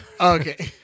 okay